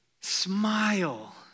smile